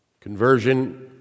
Conversion